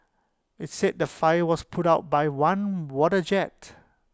IT said the fire was put out with one water jet